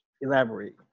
elaborate